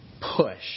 push